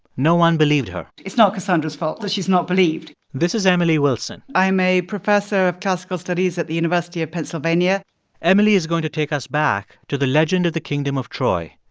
no one believed her it's not cassandra's fault that she's not believed this is emily wilson i'm a professor of classical studies at the university of pennsylvania emily is going to take us back to the legend of the kingdom of troy.